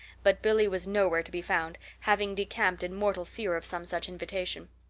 but billy was nowhere to be found, having decamped in mortal fear of some such invitation.